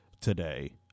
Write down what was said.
today